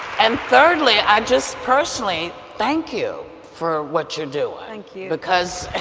and thirdly, i just personally thank you for what you do, thank you, because